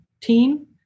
team